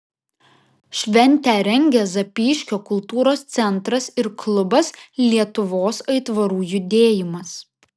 šventę rengia zapyškio kultūros centras ir klubas lietuvos aitvarų judėjimas